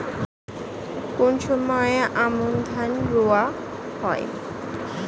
কোন সময় আমন ধান রোয়া হয়?